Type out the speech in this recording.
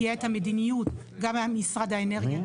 תהיה את המדיניות גם ממשרד האנרגיה,